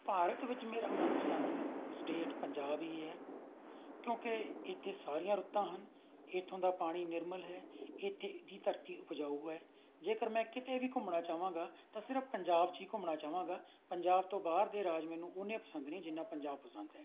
ਭਾਰਤ ਵਿੱਚ ਮੇਰਾ ਮਨਪਸੰਦ ਸਟੇਟ ਪੰਜਾਬ ਹੀ ਹੈ ਕਿਉਂਕਿ ਇੱਥੇ ਸਾਰੀਆਂ ਰੁੱਤਾਂ ਹਨ ਇੱਥੋਂ ਦਾ ਪਾਣੀ ਨਿਰਮਲ ਹੈ ਇੱਥੇ ਦੀ ਧਰਤੀ ਉਪਜਾਊ ਹੈ ਜੇਕਰ ਮੈਂ ਕਿਤੇ ਵੀ ਘੁੰਮਣਾ ਚਾਹਵਾਂਗਾ ਤਾਂ ਸਿਰਫ ਪੰਜਾਬ 'ਚ ਹੀ ਘੁੰਮਣ ਚਾਹਵਾਂਗਾ ਪੰਜਾਬ ਤੋਂ ਬਾਹਰ ਦੇ ਰਾਜ ਮੈਨੂੰ ਓਨੇ ਪਸੰਦ ਨਹੀਂ ਜਿੰਨਾ ਪੰਜਾਬ ਪਸੰਦ ਹੈ